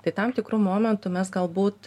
tai tam tikru momentu mes galbūt